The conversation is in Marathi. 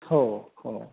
हो हो